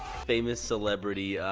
famous celebrity,